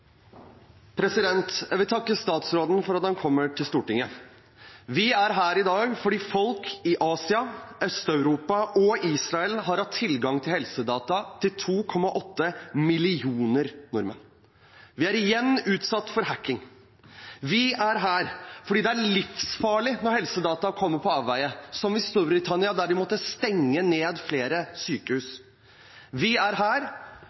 helsesektoren? Jeg vil takke statsråden for at han kommer til Stortinget. Vi er her i dag fordi folk i Asia, Øst-Europa og Israel har hatt tilgang til helsedata til 2,8 millioner nordmenn. Vi er igjen utsatt for hacking. Vi er her fordi det er livsfarlig når helsedata kommer på avveier, som i Storbritannia, der de måtte stenge ned flere sykehus. Vi er her